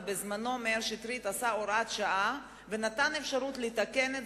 ובזמנו מאיר שטרית עשה הוראת שעה ונתן אפשרות לתקן את